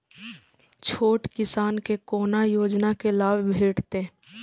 छोट किसान के कोना योजना के लाभ भेटते?